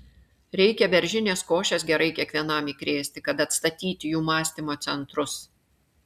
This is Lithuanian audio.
reikia beržinės košės gerai kiekvienam įkrėsti kad atstatyti jų mąstymo centrus